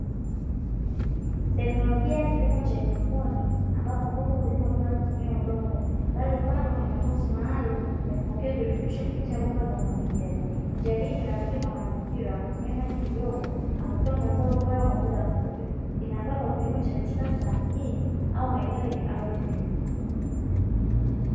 Teknolojia ya kilimo cha haidroponi ambapo mboga hulimwa bila kutumia udongo, bali hupandwa kwenye maboksi maalumu ya kupokea virutubisho kupitia mabomba maalumu, njia hii rafiki kwa mazingira kwa kutumia maji kidogo na kutoa mazao bora kwa muda mfupi , inaofaa kwa kilimo cha kisasa mjini au maeneo yenye ardhi finyu.